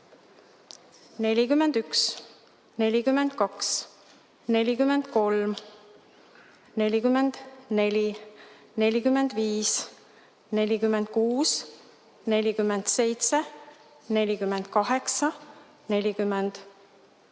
41, 42, 43, 44, 45, 46, 47, 48, 49,